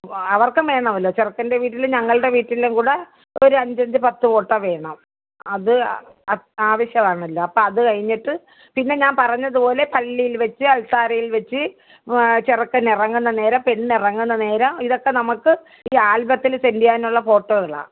അവർക്കും വേണമല്ലോ ചെറുക്കൻ്റെ വീട്ടിലും ഞങ്ങളുടെ വീട്ടിലും കൂടെ ഒരു അഞ്ചഞ്ച് പത്ത് ഫോട്ടോ വേണം അത് ആവശ്യമാണല്ലോ അപ്പം അത് കഴിഞ്ഞിട്ട് പിന്നെ ഞാൻ പറഞ്ഞത് പോലെ പള്ളിയിൽ വെച്ച് അൽത്താരയിൽ വെച്ച് ചെറുക്കൻ ഇറങ്ങുന്ന നേരം പെണ്ണ് ഇറങ്ങുന്ന നേരം ഇതൊക്കെ നമുക്ക് ഈ ആൽബത്തിൽ സെൻഡ് ചെയ്യാനുള്ള ഫോട്ടോകളാണ്